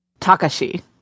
Takashi